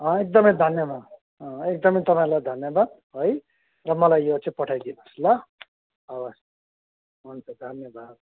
अँ एकदमै धन्यवाद अँ एकदमै तपाईँलाई धन्यवाद है र मलाई यो चाहिँ पठाइदिनुहोस् ल हवस् हुन्छ धन्यवाद